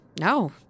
No